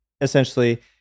essentially